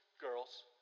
Girls